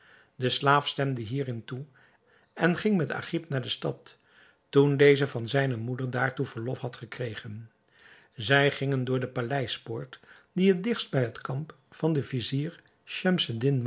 de slaaf stemde hierin toe en ging met agib naar de stad toen deze van zijne moeder daartoe verlof had gekregen zij gingen door de paleispoort die het digtst bij het kamp van den vizier